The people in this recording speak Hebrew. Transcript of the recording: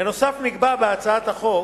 בנוסף, נקבעה בהצעת החוק